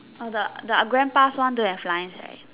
the the grandpa's one don't have lines leh